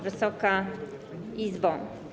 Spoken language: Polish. Wysoka Izbo!